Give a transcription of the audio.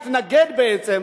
התנגד בעצם.